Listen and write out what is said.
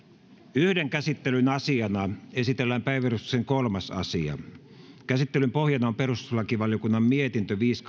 yhden käsittelyn asiana esitellään päiväjärjestyksen kolmas asia käsittelyn pohjana on perustuslakivaliokunnan mietintö viisi